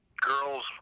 girls